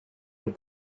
with